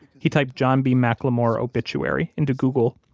he typed john b. mclemore obituary into google,